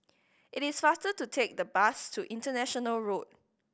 it is faster to take the bus to International Road